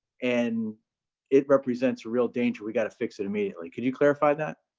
and it represents a real danger, we gotta fix it immediately, can you clarify that?